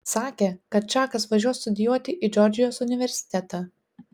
sakė kad čakas važiuos studijuoti į džordžijos universitetą